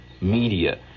media